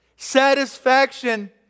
Satisfaction